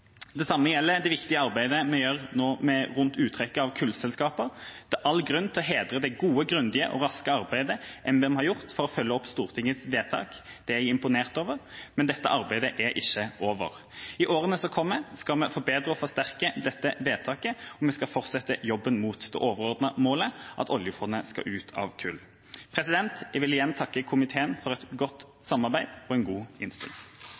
Det samme gjelder det viktige arbeidet vi nå gjør rundt uttrekket fra kullselskaper. Det er all grunn til å hedre det gode, grundige og raske arbeidet NBIM har gjort for å følge opp Stortingets vedtak. Det er jeg imponert over, men dette arbeidet er ikke over. I årene som kommer, skal vi forbedre og forsterke dette vedtaket, og vi skal fortsette jobben fram mot det overordnede målet: at oljefondet skal ut av kull. Jeg vil igjen takke komiteen for et godt samarbeid og en god innstilling.